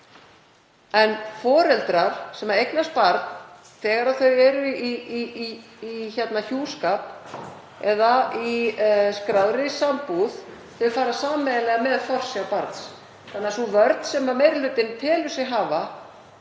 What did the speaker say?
en foreldrar sem eignast barn þegar þau eru í hjúskap eða í skráðri sambúð fara sameiginlega með forsjá barns, þannig að sú vörn sem meiri hlutinn telur sig hafa